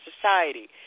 society